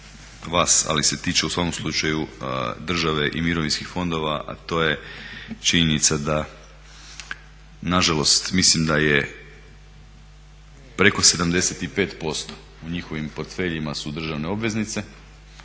vas, ali se tiče u svakom slučaju države i mirovinskih fondova, a to je činjenica da nažalost mislim da je preko 75% u njihovim portfeljima su državne obveznice,